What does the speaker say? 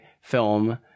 film